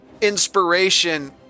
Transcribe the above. inspiration